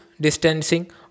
distancing